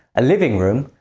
a living room,